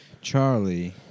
Charlie